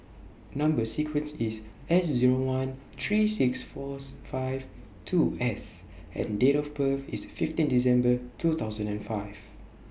Number sequence IS S Zero one three six Fourth five two S and Date of birth IS fifteen December two thousand and five